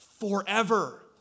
forever